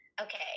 Okay